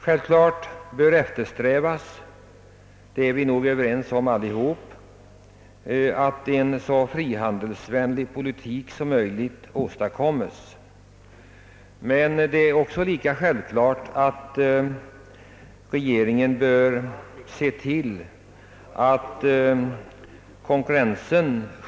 Självklart bör eftersträvas — det är vi nog överens om allesamman — att en så frihandelsvänlig politik som möjligt åstadkommes. Men det är lika självklart att regeringen bör se till att konkurrensen.